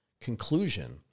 conclusion